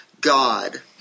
God